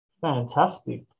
Fantastic